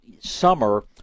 summer